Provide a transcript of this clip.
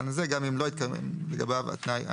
זה גם אם לא התקיים לגביו התנאי האמור.